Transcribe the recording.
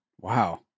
Wow